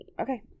Okay